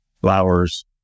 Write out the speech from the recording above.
flowers